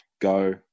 go